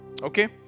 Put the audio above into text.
Okay